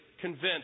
convinced